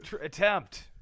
attempt